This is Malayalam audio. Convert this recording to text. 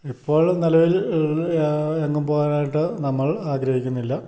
ഇപ്പോഴും നിലവിൽ എങ്ങും പോകാനായിട്ട് നമ്മൾ ആഗ്രഹിക്കുന്നില്ല